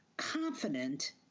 Confident